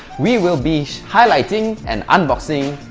we will be highlighting and unboxing